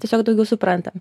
tiesiog daugiau suprantam